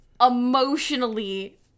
emotionally